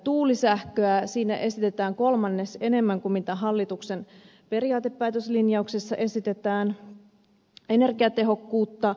tuulisähköä siinä esitetään kolmannes enemmän kuin hallituksen periaatepäätöslinjauksessa esitetään energiatehokkuutta